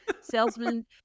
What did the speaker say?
salesman